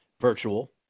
virtual